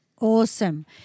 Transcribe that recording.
Awesome